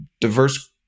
diverse